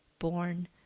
born